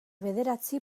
bederatzi